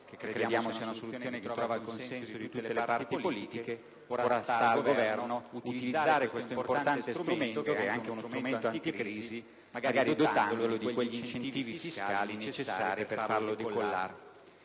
che immaginiamo trovi il consenso di tutte le parti politiche. Ora sta al Governo utilizzare questo importante strumento, anche anticrisi, magari dotandolo di quegli incentivi fiscali necessari per farlo decollare.